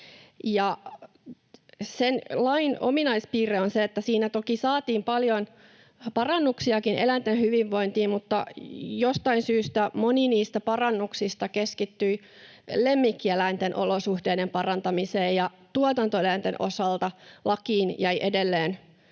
Sen lain ominaispiirre on se, että siinä toki saatiin paljon parannuksiakin eläinten hyvinvointiin, mutta jostain syystä moni niistä parannuksista keskittyi lemmikkieläinten olosuhteiden parantamiseen ja tuotantoeläinten osalta lakiin jäi edelleen